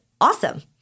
awesome